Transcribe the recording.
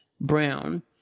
brown